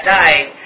died